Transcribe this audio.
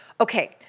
Okay